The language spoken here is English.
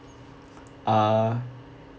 uh